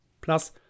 Plus